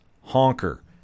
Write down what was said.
Honker